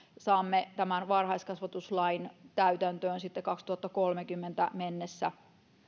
saamme tämän varhaiskasvatuslain täytäntöön sitten kaksituhattakolmekymmentä mennessä